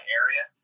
area